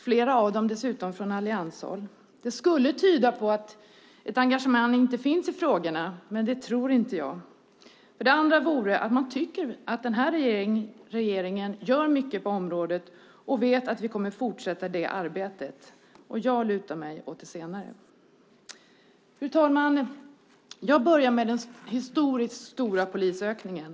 Flera av dem har väckts från allianshåll. Det skulle kunna tyda på att ett engagemang inte finns i frågorna, men det tror inte jag. Det andra vore att man tycker att den här regeringen gör mycket på området och vet att vi kommer att fortsätta det arbetet. Jag lutar åt det senare. Fru talman! Jag börjar med den historiskt stora polisökningen.